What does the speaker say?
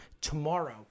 tomorrow